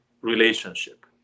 relationship